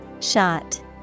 Shot